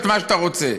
את מה שאתה רוצה,